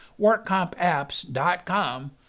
WorkCompApps.com